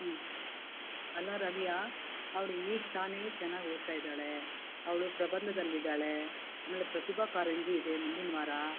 ಹ್ಞೂ ಅಲ್ಲ ರವಿಯಾ ಅವ್ಳು ಈಗ ತಾನೇ ಚೆನ್ನಾಗಿ ಓದ್ತಾ ಇದ್ದಾಳೆ ಅವಳು ಪ್ರಬಂಧದಲ್ಲಿ ಇದ್ದಾಳೆ ಆಮೇಲೆ ಪ್ರತಿಭಾ ಕಾರಂಜಿ ಇದೆ ಮುಂದಿನ ವಾರ